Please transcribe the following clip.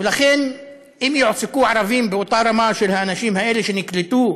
ולכן אם יועסקו ערבים באותה רמה של האנשים האלה שנקלטו,